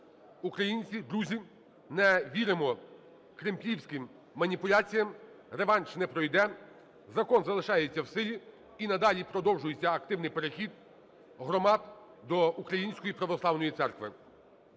Українці, друзі, не віримо кремлівським маніпуляціям, реванш не пройде, закон залишається в силі, і надалі продовжується активний перехід громад до Української православної церкви.